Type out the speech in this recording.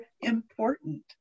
important